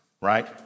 right